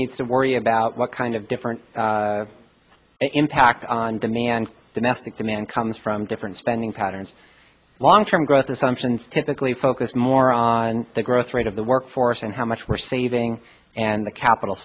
needs to worry about what kind of different impact on demand domestic demand comes from different spending patterns long term growth assumptions typically focus more on the growth rate of the workforce and how much we're saving and the capital